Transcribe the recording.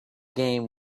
game